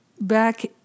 back